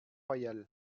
royal